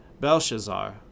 Belshazzar